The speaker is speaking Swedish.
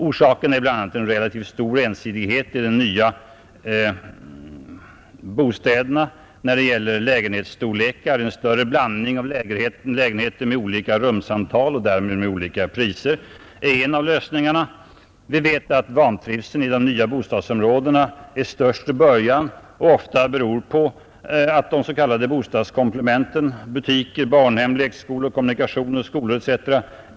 Orsaken är bl.a. en relativt stor ensidighet i de nya bostäderna, när det gäller lägenhetsstorlekar. En större blandning av lägenheter med olika rumsantal och därmed olika priser är en av lösningarna. Vi vet att vantrivseln i de nya bostadsområdena är störst i början och ofta beror på att de s.k. bostadskomplementen — butiker, barnhem, lekskolor, kommunikationer, skolor etc.